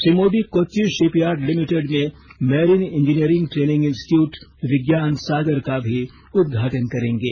Shri Modi Kochi shipyard limited में marine engineering training institute Vigyan Sagar का भी उद्घाटन करेंगे